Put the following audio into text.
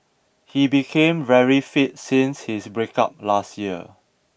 he became very fit since his breakup last year